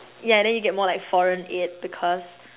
ya and you get like more foreign aid because